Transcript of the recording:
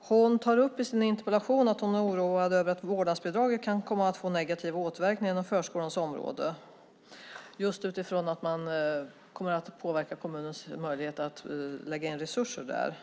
Hon tar i sin interpellation upp att hon är oroad över att vårdnadsbidraget kan komma att få negativa återverkningar inom förskolans område just utifrån att man kommer att påverka kommunens möjligheter att lägga in resurser där.